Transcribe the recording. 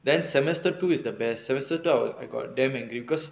then semester two is the best sabatier thought I got damn angry because